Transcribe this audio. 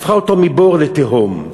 הפכה אותו מבור לתהום.